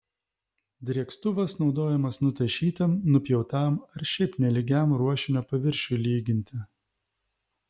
drėkstuvas naudojamas nutašytam nupjautam ar šiaip nelygiam ruošinio paviršiui lyginti